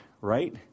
right